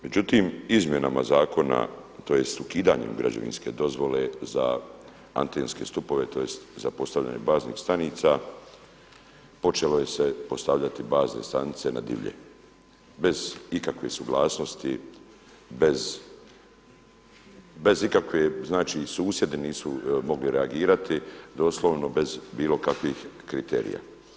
Međutim, izmjenama zakona tj. ukidanjem građevinske dozvole za antenske stupove tj. za postavljanje baznih stanica počelo se postavljati bazne stanice na divlje bez ikakve suglasnosti, bez ikakve znači, susjedi nisu mogli reagirati, doslovno bez bilo kakvih kriterija.